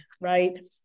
right